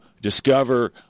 discover